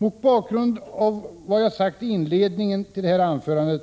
Mot bakgrund av vad jag sagt i inledningen till det här anförandet